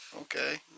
Okay